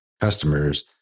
customers